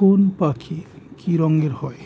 কোন পাখি কি রঙের হয়